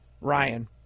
Ryan